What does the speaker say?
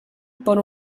por